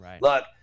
Look